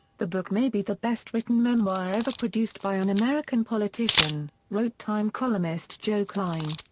the book may be the best-written memoir ever produced by an american politician, wrote time columnist joe klein.